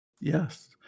yes